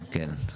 כן,